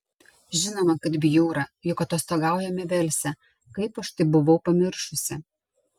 žinoma kad bjūra juk atostogaujame velse kaip aš tai buvau pamiršusi